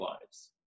lives